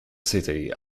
city